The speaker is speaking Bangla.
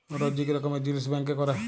হেজ্ ইক রকমের জিলিস ব্যাংকে ক্যরে